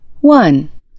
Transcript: One